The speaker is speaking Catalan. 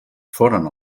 foren